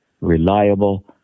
reliable